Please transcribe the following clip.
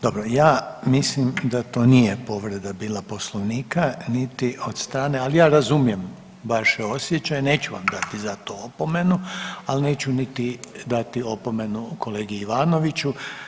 Dobro ja mislim da to nije povreda bila Poslovnika niti od strane, ali ja razumijem vaše osjećaje, neću vam dati za to opomenu, ali neću dati niti opomenu kolegi Ivanoviću.